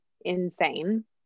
insane